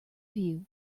view